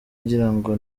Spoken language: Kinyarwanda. ngirango